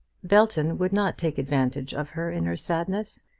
belton would not take advantage of her in her sadness,